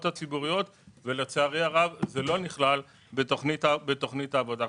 הציבוריות ולצערי הרב זה נכלל בתוכנית העבודה.